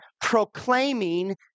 proclaiming